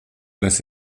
las